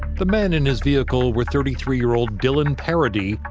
the men in his vehicle were thirty-three-year old dylan paradis.